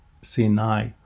Sinai